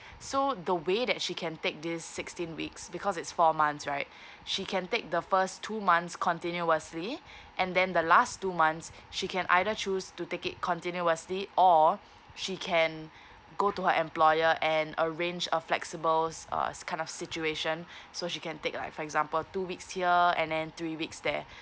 so the way that she can take this sixteen weeks because it's four months right she can take the first two months continuously and then the last two months she can either choose to take it continuously or she can go to her employer and arrange a flexible uh kind of situation so she can take like for example two weeks here and then three weeks there